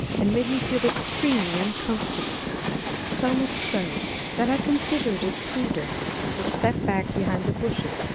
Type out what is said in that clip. and made me feel extremely uncomfortable so much so that i considered it prudent to step back behind the bushes,